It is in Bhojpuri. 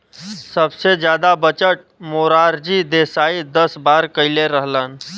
सबसे जादा बजट मोरारजी देसाई दस बार कईले रहलन